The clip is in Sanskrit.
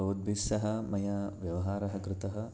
भवद्भिः सह मया व्यवहारः कृतः